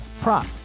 prop